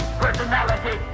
personality